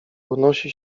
unosi